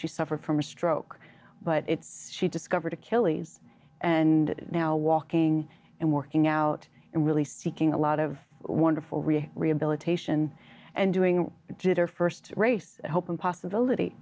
she suffered from a stroke but it's she discovered achilles and now walking and working out and really seeking a lot of wonderful really rehabilitation and doing jitter first race hope and possibility